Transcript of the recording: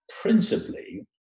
principally